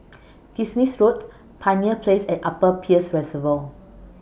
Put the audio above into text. Kismis Road Pioneer Place and Upper Peirce Reservoir